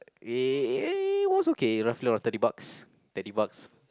was okay roughly was thirty bucks thirty bucks